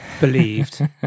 believed